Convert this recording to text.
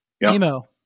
Nemo